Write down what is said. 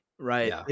Right